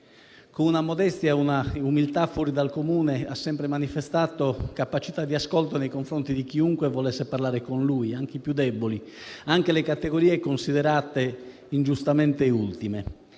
Con una modestia e umiltà fuori dal comune, ha sempre manifestato capacità di ascolto nei confronti di chiunque volesse parlare con lui, anche i più deboli e le categorie ingiustamente considerate ultime.